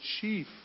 chief